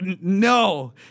no